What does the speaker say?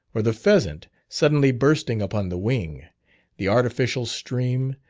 or the pheasant suddenly bursting upon the wing the artificial stream,